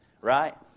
Right